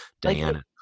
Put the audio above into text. Diana